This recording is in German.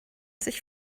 sich